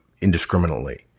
indiscriminately